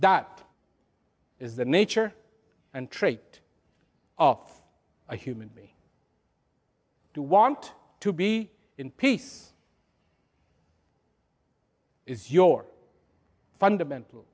that is the nature and trait of a human to me to want to be in peace is your fundamental